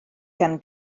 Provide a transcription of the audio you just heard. gan